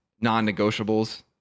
non-negotiables